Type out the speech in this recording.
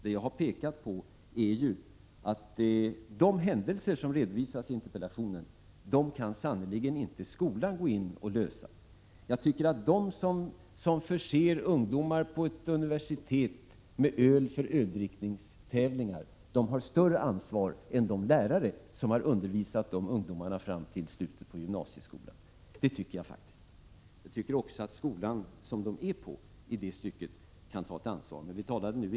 Vad jag har påpekat är att de händelser som redovisas i interpellationen sannerligen inte är någonting som skolan kan gå in och lösa. Jag tycker faktiskt att de som förser ungdomar på ett universitet med öl för öldrickningstävlingar har ett större ansvar än de lärare som har undervisat dessa ungdomar fram till slutet av gymnasieskolan. Jag tycker att den skola de är på kan ta ett ansvar i det stycket — men vi talade nu inte om universitetens Prot.